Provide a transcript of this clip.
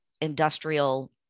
industrial